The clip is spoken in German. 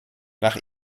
nach